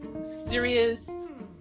serious